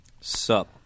Sup